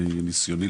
מניסיוני,